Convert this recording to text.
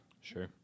Sure